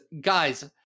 guys